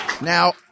Now